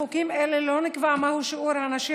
בחוקים אלו לא נקבע מהו שיעור הנשים